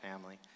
family